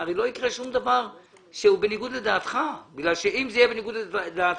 הרי לא יקרה שום דבר שהוא בניגוד לדעתך כי אם זה יהיה בניגוד לדעתך,